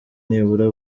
nibura